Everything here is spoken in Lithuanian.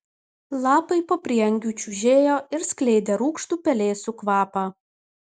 lapai po prieangiu čiužėjo ir skleidė rūgštų pelėsių kvapą